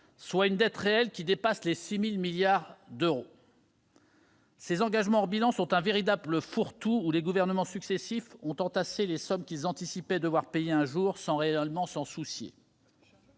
soit une dette réelle dépassant les 6 000 milliards d'euros ! Ces engagements hors bilan sont un véritable fourre-tout, dans lequel les gouvernements successifs ont entassé les sommes qu'ils anticipaient devoir payer un jour, sans réellement s'en soucier.